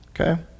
Okay